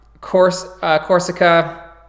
Corsica